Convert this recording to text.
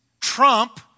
trump